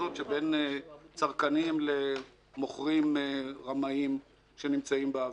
הזאת שבין צרכנים למוכרים רמאים שנמצאים באוויר.